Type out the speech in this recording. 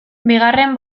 bigarren